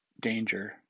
danger